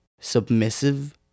submissive